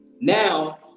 Now